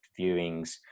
viewings